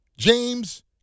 James